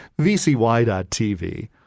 vcy.tv